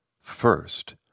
first